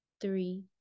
three